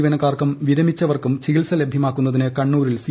ജീവനക്കാർക്കും വിരമിച്ചവർക്കും ചികിത്സ ലഭ്യമാക്കുന്നതിന് കണ്ണൂരിൽ സി